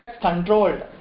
controlled